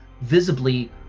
visibly